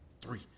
three